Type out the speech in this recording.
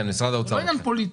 זה לא עניין פוליטי.